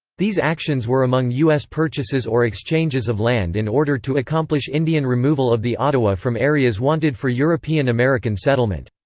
these actions were among us purchases or exchanges of land in order to accomplish indian removal of the ottawa from areas wanted for european-american settlement.